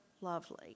lovely